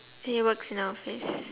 he works in a office